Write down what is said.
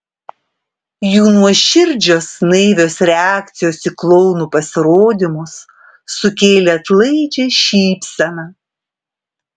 jų nuoširdžios naivios reakcijos į klounų pasirodymus sukėlė atlaidžią šypseną